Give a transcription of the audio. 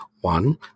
One